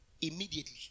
Immediately